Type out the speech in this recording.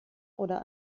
oder